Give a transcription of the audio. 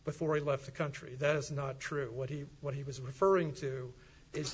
before he left the country that is not true what he what he was referring to is